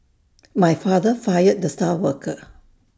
my father fired the star worker